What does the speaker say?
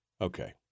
Okay